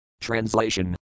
Translation